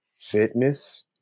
fitness